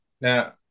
Now